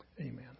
Amen